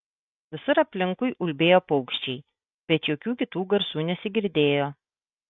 visur aplinkui ulbėjo paukščiai bet jokių kitų garsų nesigirdėjo